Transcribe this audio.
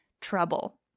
trouble